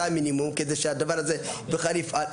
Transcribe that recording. זה המינימום כדי שהדבר הזה בכלל יפעל.